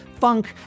funk